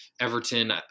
Everton